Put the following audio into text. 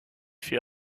fait